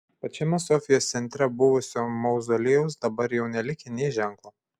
pačiame sofijos centre buvusio mauzoliejaus dabar jau nelikę nė ženklo